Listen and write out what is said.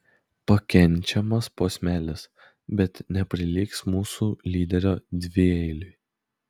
pakenčiamas posmelis bet neprilygs mūsų lyderio dvieiliui